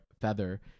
Feather